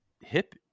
hip